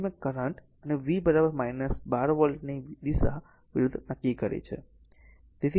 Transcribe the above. તેથી મેં કરંટ અને V 12 વોલ્ટ ની દિશા વિરુદ્ધ કરી છે